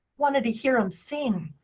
wanted to hear him sing.